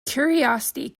curiosity